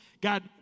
God